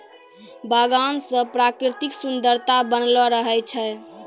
बगान से प्रकृतिक सुन्द्ररता बनलो रहै छै